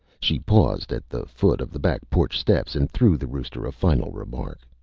she paused at the foot of the backporch steps and threw the rooster a final remark.